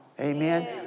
Amen